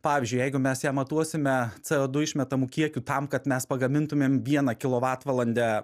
pavyzdžiui jeigu mes ją matuosime co du išmetamu kiekiu tam kad mes pagamintumėm vieną kilovatvalandę